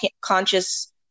conscious